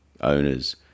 owner's